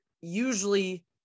usually